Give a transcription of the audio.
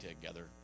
together